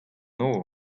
nor